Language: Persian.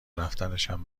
رفتنشم